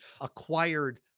acquired